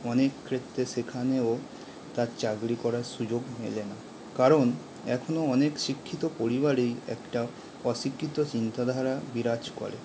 অনেক ক্ষেত্রে সেখানেও তার চাকরি করার সুযোগ মেলে না কারণ এখনো অনেক শিক্ষিত পরিবারেই একটা অশিক্ষিত চিন্তাধারা বিরাজ করে